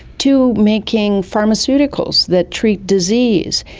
to making pharmaceuticals that treat disease.